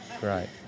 Right